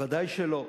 ודאי שלא.